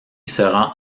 sera